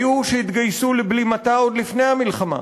היו שהתגייסו לבלימתה עוד לפני המלחמה.